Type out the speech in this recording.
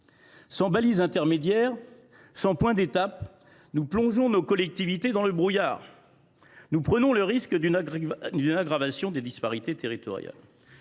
Sans balise intermédiaire, sans point d’étape, nous plongeons nos collectivités dans le brouillard et nous prenons le risque d’une aggravation des disparités territoriales.